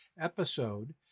episode